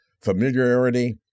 familiarity